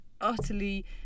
utterly